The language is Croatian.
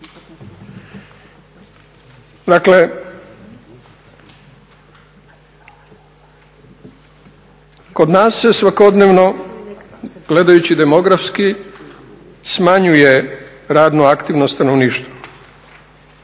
Dakle, kod nas se svakodnevno gledajući demografski smanjuje radno aktivno stanovništvo.